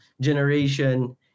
generation